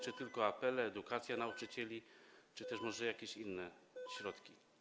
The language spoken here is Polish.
Czy tylko apele, edukacja nauczycieli, czy też może jakieś inne środki?